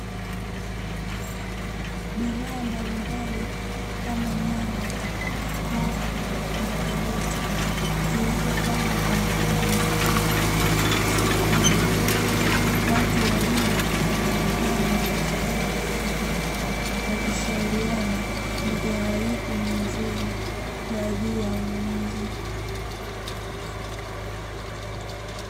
Bidhaa mbalimbali kama nyanya, hoho na karoti; zilizopangwa kwa mafungumafungu sokoni, watu wawili wanaonekana wakichagua bidhaa wakishauriana bidhaa ipi ni nzuri kwa ajili ya ununuzi.